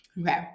okay